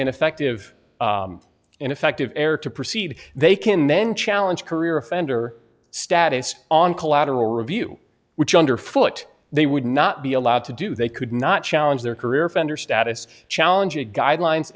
ineffective ineffective air to proceed they can then challenge career offender status on collateral review which under foot they would not be allowed to do they could not challenge their career offender status challenge a guideline